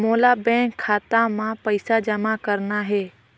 मोला बैंक खाता मां पइसा जमा करना हे?